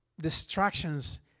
distractions